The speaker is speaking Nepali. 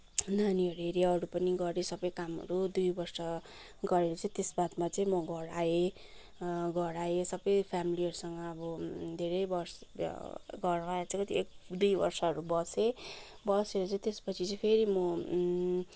नानीहरू हेरेँ अरू पनि गरेँ सबै कामहरू दुई वर्ष गरेपछि त्यस बादमा चाहिँ म घर आएँ घर आएँ सबै फ्यामिलीहरूसँग अब धेरै वर्ष घरमा आएर चाहिँ एक दुई वर्षहरू बसेँ बसेर चाहिँ त्यसपछि चाहिँ फेरि म